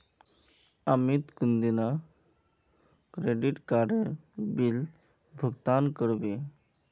अमित कुंदिना क्रेडिट काडेर बिल भुगतान करबे